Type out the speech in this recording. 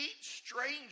stranger